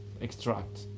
extract